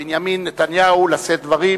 בנימין נתניהו, לשאת דברים